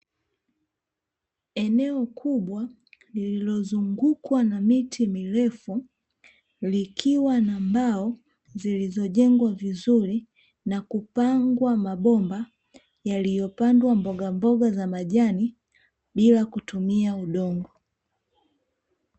Eneo kubwa lililozungukwa na miti mirefu likiwa na mbao zilizojengwa vizuri na kupangwa mabomba yaliyopandwa mbogamboga za majani bila kutumia udongo.